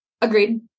Agreed